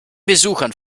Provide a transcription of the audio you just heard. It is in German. besuchern